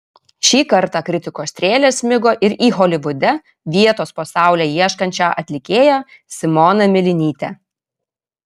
šį kartą kritikos strėlės smigo ir į holivude vietos po saule ieškančią atlikėją simoną milinytę